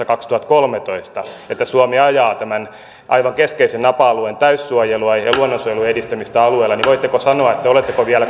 kaksituhattakolmetoista että suomi ajaa tämän aivan keskeisen napa alueen täyssuojelua ja luonnonsuojelun edistämistä alueella voitteko sanoa oletteko vielä